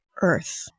earth